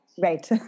right